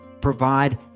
provide